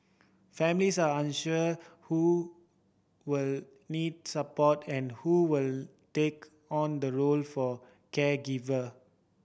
families are unsure who will need support and who will take on the role for caregiver